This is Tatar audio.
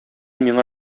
миңа